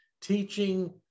teaching